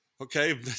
okay